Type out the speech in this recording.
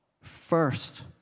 First